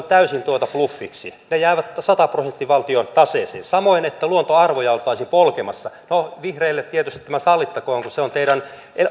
täysin bluffiksi ne jäävät sataprosenttisesti valtion taseeseen samoin se että luontoarvoja oltaisiin polkemassa no vihreille tietysti tämä sallittakoon kun se on teidän